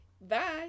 Bye